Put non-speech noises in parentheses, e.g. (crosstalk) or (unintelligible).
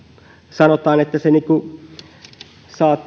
sanotaan että se saa (unintelligible)